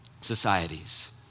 societies